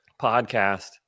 podcast